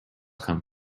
come